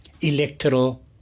electoral